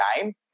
time